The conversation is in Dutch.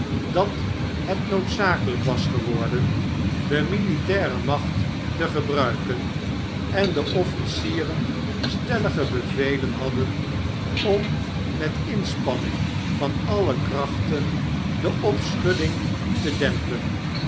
dat het noodzakelijk was geworden de roilitaire macht te gebruiken en de officieren stellige beveler hadden om met inspanning van alle krachten de opschudding tedempen